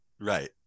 Right